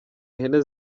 ihene